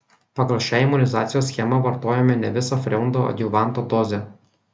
pagal šią imunizacijos schemą vartojome ne visą freundo adjuvanto dozę